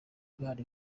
impano